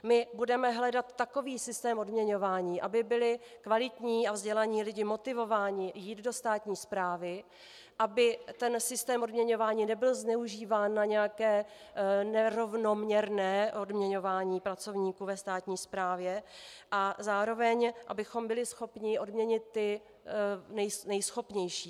My budeme hledat takový systém odměňování, aby byli kvalitní a vzdělaní lidé motivováni jít do státní správy, aby systém odměnování nebyl zneužíván na nějaké nerovnoměrné odměňování pracovníků ve státní správě a zároveň abychom byli schopni odměnit ty nejschopnější.